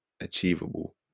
achievable